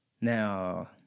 Now